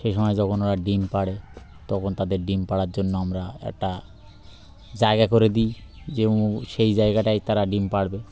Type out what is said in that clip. সেই সময় যখন ওরা ডিম পাড়ে তখন তাদের ডিম পাড়ার জন্য আমরা একটা জায়গা করে দিই যে উ সেই জায়গাটায় তারা ডিম পাড়বে